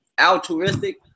altruistic